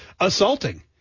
assaulting